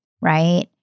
right